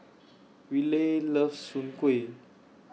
Riley loves Soon Kway